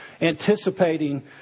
anticipating